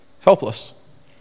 helpless